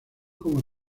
como